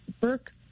Burke